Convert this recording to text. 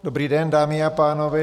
Dobrý den, dámy a pánové.